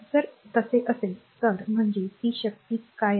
जर तसे असेल तर म्हणजेच ती शक्ती आहे